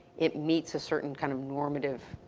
it meets a certain kind of normative